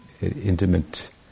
intimate